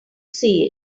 see